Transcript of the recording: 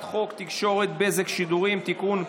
חוק התקשורת (בזק ושידורים) (תיקון,